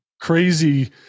crazy